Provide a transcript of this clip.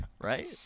Right